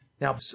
Now